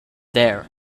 there